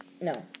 No